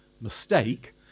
mistake